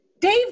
Dave